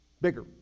Bigger